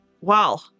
Wow